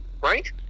Right